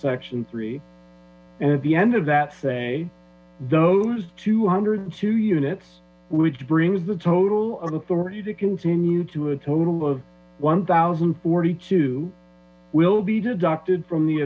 section three and at the end of that sy those two hundred and two units which brings the total of authority to continue to a total of one thousand forty two will be deducted from the